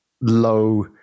low